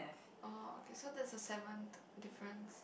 oh okay so that's the seventh difference